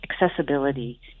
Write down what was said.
accessibility